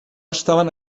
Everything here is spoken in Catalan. estaven